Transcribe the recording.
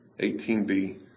18b